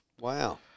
Wow